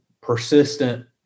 persistent